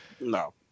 No